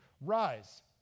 rise